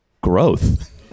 growth